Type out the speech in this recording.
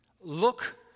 Look